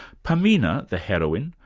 pamina, the heroine,